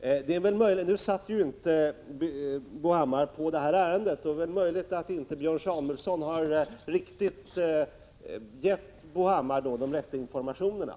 Bo Hammar var inte inkopplad på detta ärende, och det är möjligt att Björn Samuelson inte har gett Bo Hammar de riktiga informationerna.